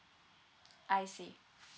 I see